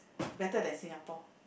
better than Singapore